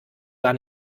gar